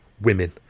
women